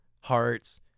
Hearts